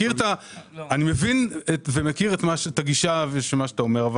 אני מבין ומכיר את הגישה ואת מה שאתה אומר,